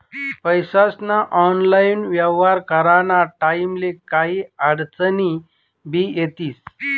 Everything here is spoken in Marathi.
पैसास्ना ऑनलाईन येव्हार कराना टाईमले काही आडचनी भी येतीस